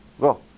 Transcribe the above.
Go